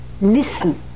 listen